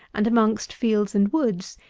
and amongst fields and woods,